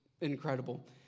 incredible